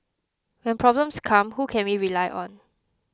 when problems come who can we rely on